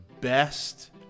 best